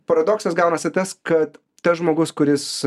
paradoksas gaunasi tas kad tas žmogus kuris